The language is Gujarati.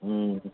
હા